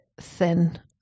thin